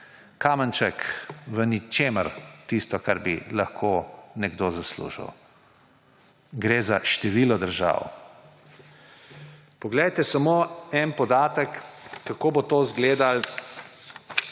kamenček v ničemer, v tistem, kar bi lahko nekdo zaslužil. Gre za število držav. Poglejte samo en podatek, kako bo to izgledalo,